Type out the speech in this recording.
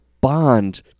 bond